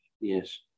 yes